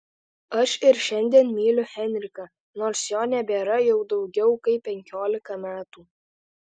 aš ir šiandien myliu henriką nors jo nebėra jau daugiau kaip penkiolika metų